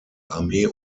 armee